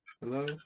hello